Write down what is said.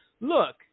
Look